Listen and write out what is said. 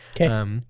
Okay